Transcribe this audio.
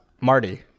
Marty